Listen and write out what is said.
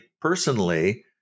personally